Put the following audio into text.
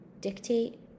dictate